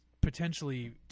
potentially